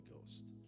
Ghost